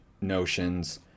notions